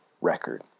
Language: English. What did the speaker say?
record